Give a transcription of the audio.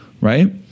right